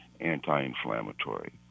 anti-inflammatory